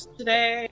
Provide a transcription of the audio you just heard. today